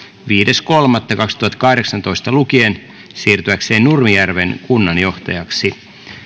viides kolmatta kaksituhattakahdeksantoista lukien siirtyäkseen nurmijärven kunnanjohtajaksi